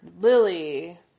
Lily